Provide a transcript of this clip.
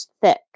thick